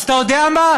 אז אתה יודע מה?